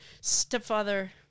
stepfather